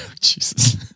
Jesus